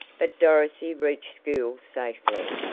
but dorothy reached school safely,